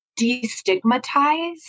destigmatize